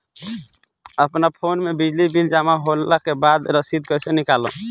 अपना फोन मे बिजली बिल जमा होला के बाद रसीद कैसे निकालम?